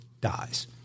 dies